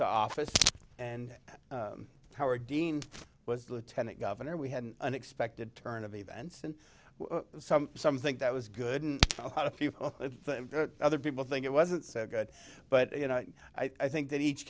office and howard dean was lieutenant governor we had an unexpected turn of events and some some think that was good a lot of people other people think it wasn't so good but you know i think that each